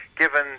given